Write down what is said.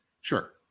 Sure